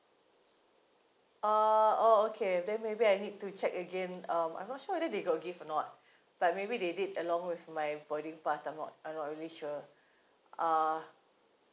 uh oh okay then maybe I need to check again um I'm not sure whether they got give or not but maybe they did along with my boarding pass I'm not I'm not really sure uh